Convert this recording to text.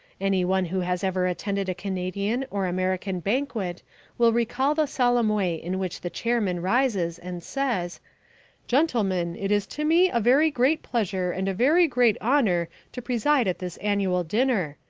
any one who has ever attended a canadian or american banquet will recall the solemn way in which the chairman rises and says gentlemen, it is to me a very great pleasure and a very great honour to preside at this annual dinner.